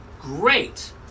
great